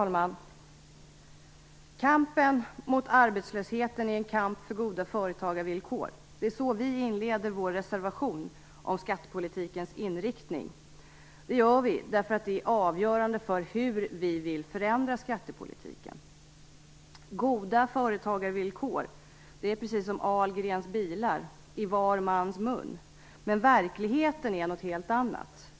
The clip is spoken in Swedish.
Fru talman! Kampen mot arbetslösheten är en kamp för goda företagarvillkor. Så inleder vi vår reservation om skattepolitikens inriktning. Det gör vi därför att det är avgörande för hur vi vill förändra skattepolitiken. Goda företagarvillkor, det är precis som Ahlgrens bilar: i var mans mun. Men verkligheten är något helt annat.